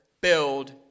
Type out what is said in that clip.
build